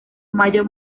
mayo